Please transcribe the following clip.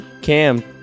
Cam